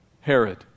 Herod